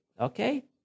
Okay